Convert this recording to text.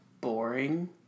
boring